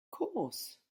course